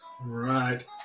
Right